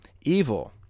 evil